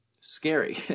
scary